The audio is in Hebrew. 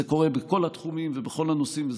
זה קורה בכל התחומים ובכל הנושאים,